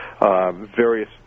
Various